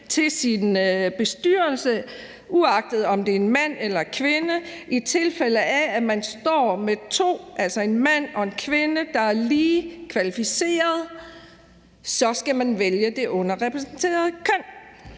til sin bestyrelse, uagtet om det er en mand eller en kvinde. I tilfælde af at man står med to personer, altså en mand og en kvinde, der er lige kvalificerede, så skal man vælge det underrepræsenterede køn.